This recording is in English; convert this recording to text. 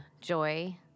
joy